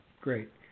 Great